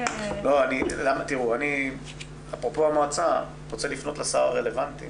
תראו, אפרופו המועצה, אני רוצה לפנות לשר הרלוונטי